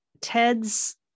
Ted's